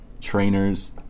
trainers